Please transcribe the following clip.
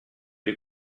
lui